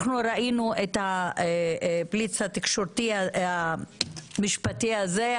אנחנו ראינו את הבליץ התקשורתי המשפטי הזה,